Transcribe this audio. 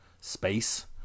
space